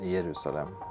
Jerusalem